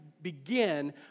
Begin